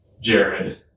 Jared